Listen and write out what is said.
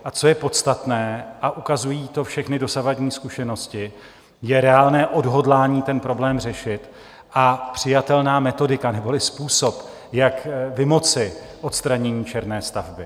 A co je podstatné, a ukazují to všechny dosavadní zkušenosti, je reálné odhodlání ten problém řešit a přijatelná metodika neboli způsob, jak vymoci odstranění černé stavby.